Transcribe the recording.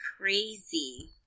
crazy